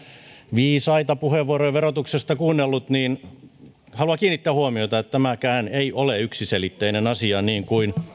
viisaita puheenvuoroja verotuksesta kuunnellut niin haluan kiinnittää huomiota siihen että tämäkään ei ole yksiselitteinen asia niin kuin